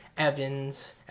Evans